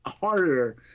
harder